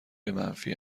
منفی